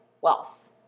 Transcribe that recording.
wealth